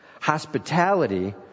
Hospitality